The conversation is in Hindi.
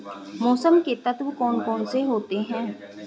मौसम के तत्व कौन कौन से होते हैं?